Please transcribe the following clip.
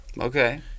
Okay